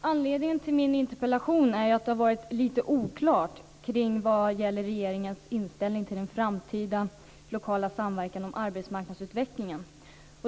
Anledningen till min interpellation är att det har varit lite oklart vad gäller regeringens inställning till den framtida lokala samverkan om arbetsmarknadsutvecklingen.